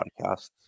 podcasts